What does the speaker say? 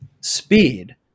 Speed